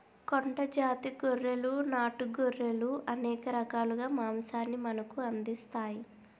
కొండ జాతి గొర్రెలు నాటు గొర్రెలు అనేక రకాలుగా మాంసాన్ని మనకు అందిస్తాయి